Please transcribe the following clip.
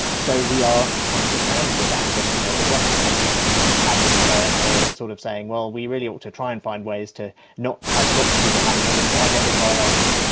so we are coming to terms with that, and you know the western countries who had them first are sort of saying, well, we really ought to try and find ways to not have lots of people having them and try and get rid of our own.